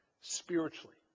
spiritually